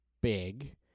big